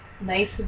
nice